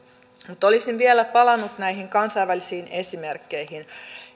mutta olisin vielä palannut näihin kansainvälisiin esimerkkeihin